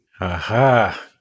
Aha